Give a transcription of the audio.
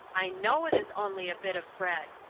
i know it is only a bit of bread,